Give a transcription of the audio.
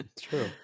true